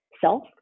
self